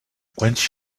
quench